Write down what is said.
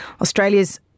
Australia's